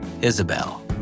Isabel